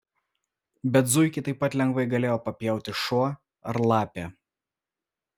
bet zuikį taip pat lengvai galėjo papjauti šuo ar lapė